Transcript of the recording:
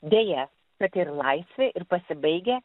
deja kad ir laisvė ir pasibaigę